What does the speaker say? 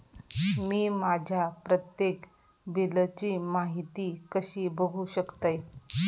मी माझ्या प्रत्येक बिलची माहिती कशी बघू शकतय?